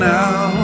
now